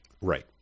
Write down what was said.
Right